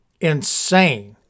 Insane